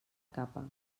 capa